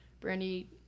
Brandy